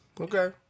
Okay